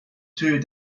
teuio